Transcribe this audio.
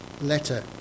letter